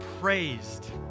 praised